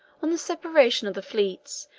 on the separation of the fleets,